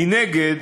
מנגד,